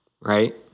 right